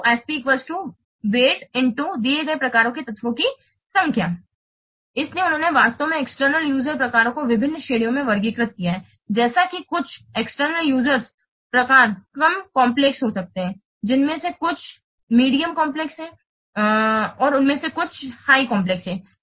∑UFP वजनxदिए गए प्रकार के तत्वों की संख्या इसलिए उन्होंने वास्तव में एक्सटर्नल यूजरस प्रकारों को विभिन्न श्रेणियों में वर्गीकृत किया है जैसे कि कुछ एक्सटर्नल यूजरस प्रकार कम जटिल हो सकते हैं उनमें से कुछ मध्यम हैं जटिल और उनमें से कुछ उच्च जटिल हैं